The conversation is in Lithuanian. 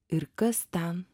ir kas ten